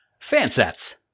Fansets